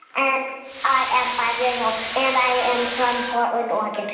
and i am five years old. and i am from portland, ore. like and